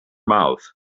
mouth